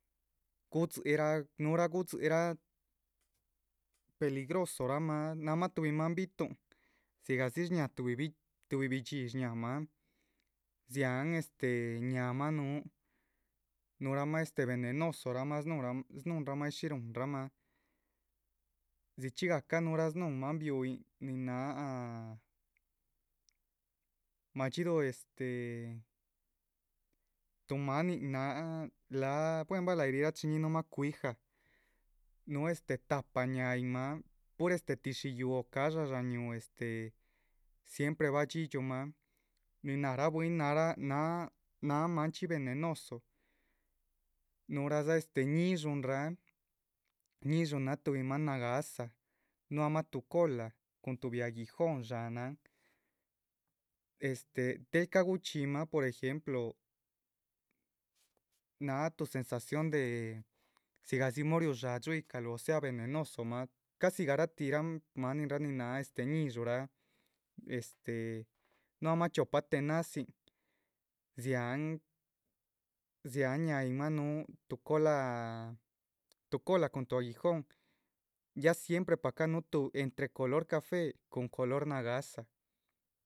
Gudzií rah núhura gudziíraa peligrosoramah nahmah tuhbi maan bi´tuhn dzigah dzi shñáhaa tuhbi bi´dxihi shñahaamah dziáhan este ñáhaamah núhu. núhuramha este venenosoramah snúhunramah ay shí ruhunramah dzichxí gahca núhura snúhun maan bihuyin nin náha madxídu este tuh maanin náh. láha buen bah lahyi rachi ñíhinumah cuija, núhu este tahpa ñáhaañinmah pur este tíshi yuhú ca´dxa sháhan ñúhu este siempre bah dxídxiuhmah, nin náhara bwín náhara náh náha manchxí venenoso, núhueradza ñísh´unraa, ñísh´un náha tuhbi maan nagáhsa, nuamha tu cola cun tuhbi aguijón. dsháhanan este del ca´ guchxímah por ejemplo, náha tu sensasión de dzigadzi móho riu dxádxu yíhcaluh o sea venenosomah casi garatih ramah maninraa nin náha este. ñísh´uraa este núhuamha chiopa tenazin dziahán dziahán ñáhaayinmah núhu tuh cola cun tuh aguijón ya siempre pah cah núhu tuh entre color café cun color nagáhsa